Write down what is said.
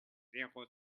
zéro